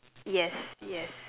yes yes